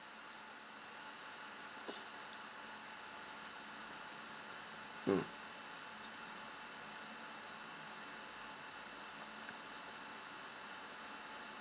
mm